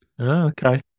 okay